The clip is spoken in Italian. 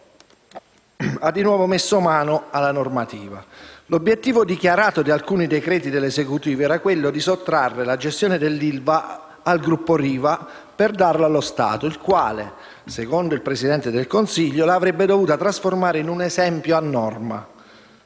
di cederlo, ha di nuovo messo mano alla normativa. L'obiettivo dichiarato di alcuni decreti dell'Esecutivo era quello di sottrarre la gestione dell'ILVA al gruppo Riva per darlo, allo Stato, il quale, secondo il Presidente del Consiglio, l'avrebbe dovuta trasformare in un esempio a norma.